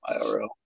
IRL